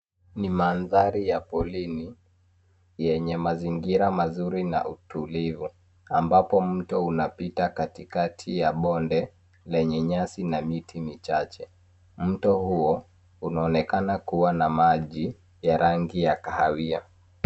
Ni mandhari ya porini. Yenye mazingira mazuri na utulivu ambapo mto unapita katikati ya bonde lenye nyasi na miti michache. Mto huo unaonekana kuwa na maji ya rangi ya kahawia.